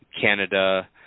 Canada